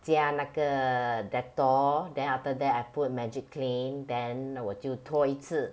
加那个 Dettol then after that I put Magiclean then 我就拖一次